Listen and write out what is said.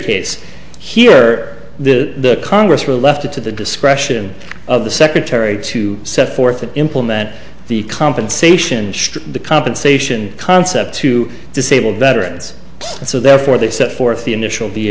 case here the congress were left to the discretion of the secretary to set forth and implement the compensation the compensation concept to disabled veterans and so therefore they set forth the initial the